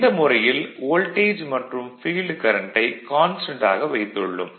இந்த முறையில் வோல்டேஜ் மற்றும் ஃபீல்டு கரண்ட்டை கான்ஸ்டன்ட் ஆக வைத்துள்ளோம்